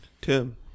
tim